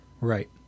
Right